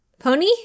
Pony